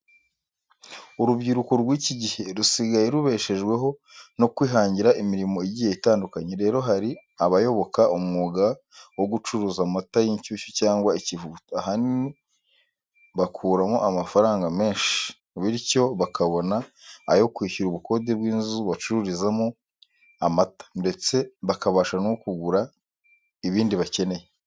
Urubyiruko rw'iki gihe rusigaye rubeshejweho no kwihangira imirimo igiye itandukanye. Rero hari abayoboka umwuga wo gucuruza amata y'inshyushyu cyangwa ikivuguto. Ahanini bakuramo amafaranga menshi, bityo bakabona ayo kwishyura ubukode bw'inzu bacururizamo amata, ndetse bakabasha no kugura ibindi bakeneye.